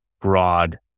broad